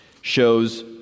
shows